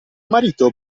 marito